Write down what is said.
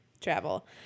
travel